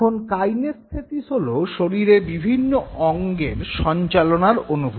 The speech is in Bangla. এখন কাইনেস্থেসিস হল শরীরের বিভিন্ন অঙ্গের সঞ্চালনার অনুভূতি